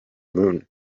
moon